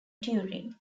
turin